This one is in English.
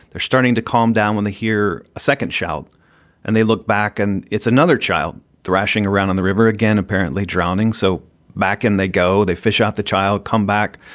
they're starting to calm down when they hear a second child and they look back and it's another child thrashing around on the river again, apparently drowning. so back and they go, they fish out the child come back.